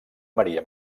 maria